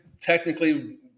technically